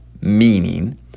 meaning